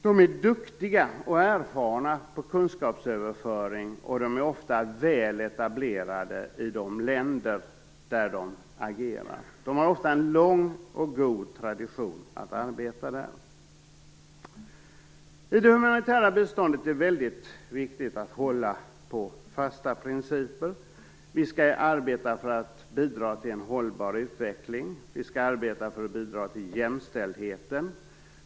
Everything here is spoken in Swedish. De är duktiga, erfarna på kunskapsöverföring och ofta väl etablerade i de länder där de agerar. De har ofta en lång och god tradition av arbete där. I det humanitära biståndet är det väldigt viktigt att hålla på fasta principer. Vi skall arbeta för att bidra till en hållbar utveckling. Vi skall arbeta för att bidra till jämställdheten.